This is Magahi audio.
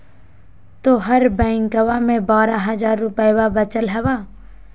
तोहर बैंकवा मे बारह हज़ार रूपयवा वचल हवब